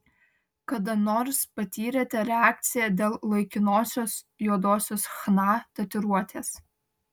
kada nors patyrėte reakciją dėl laikinosios juodosios chna tatuiruotės